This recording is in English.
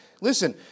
Listen